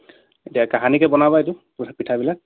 এতিয়া কাহানিকৈ বনাবা এইটো পিঠাবিলাক